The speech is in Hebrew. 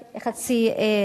רק חצי דקה,